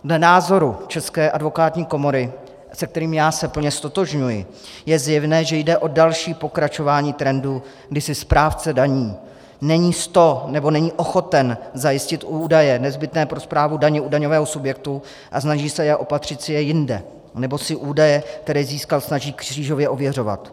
Dle názoru České advokátní komory, se kterým já se plně ztotožňuji, je zjevné, že jde o další pokračování trendu, kdy si správce daní není s to nebo není ochoten zajistit údaje nezbytné pro správu daně u daňového subjektu a snaží se opatřit si je jinde nebo si údaje, které získal, snaží křížově ověřovat.